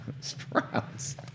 Sprouts